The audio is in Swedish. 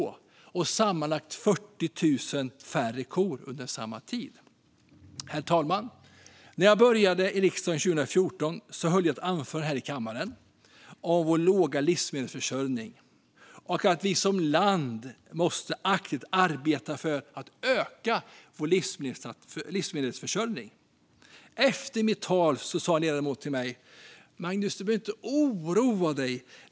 Under samma tid har det sammanlagt blivit 40 000 färre kor. Herr talman! När jag började i riksdagen 2014 höll jag ett anförande här i kammaren om vår låga livsmedelsförsörjning och om att vi som land aktivt måste arbeta för att öka vår livsmedelsförsörjning. Efter mitt tal sa en ledamot till mig: Magnus, du behöver inte oroa dig.